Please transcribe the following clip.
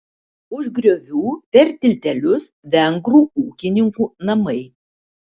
už griovių per tiltelius vengrų ūkininkų namai